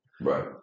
Right